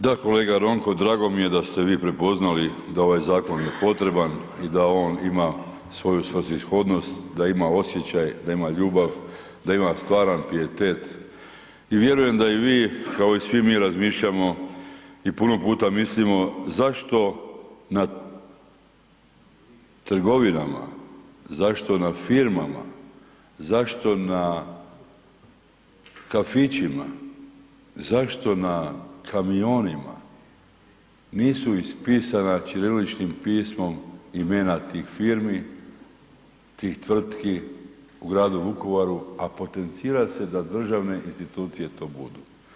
Da, kolega Ronko drago mi je da ste vi prepoznali da ovaj zakon je potreban i da on ima svoju svrsishodnost, da ima osjećaj, da ima ljubav, da ima stvaran pijetet i vjerujem da i vi kao i svi mi razmišljamo i puno puta mislimo zašto na trgovinama, zašto na firmama, zašto na kafićima, zašto na kamionima nisu ispisana ćiriličnim pismom imena tih firmi, tih tvrtki u gradu Vukovaru, a potencira se da državne institucije to budu.